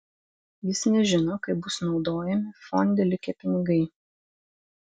jis nežino kaip bus naudojami fonde likę pinigai